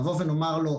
נבוא ונאמר לו,